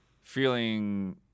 feeling